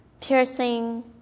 piercing